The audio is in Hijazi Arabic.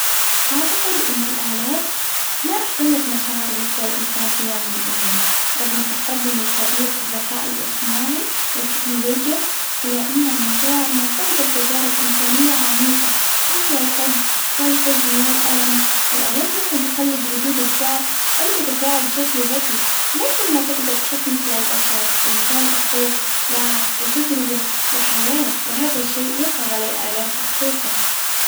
أعتقد إن الآلات ما راح تملك مشاعر مثل الإنسان في يوم من الأيام، رغم التقدم الكبير في الذكاء الإصطناعي وتكنولوجيا، إلى إن المشاعر مرتبطة بتجارب إنسانية عميقة مثل الحب والحزن والألم، الآلات ممكن تقلد ردود الفعل أو تتفاعل بشكل ذكي لكن ما تقدر تحس مثل البشر، المشاعر تحتاج وعي وتجربة وحياة وهذا الشيء يصعب على الآلات تحقيقه.